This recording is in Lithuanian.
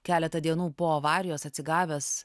keletą dienų po avarijos atsigavęs